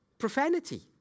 profanity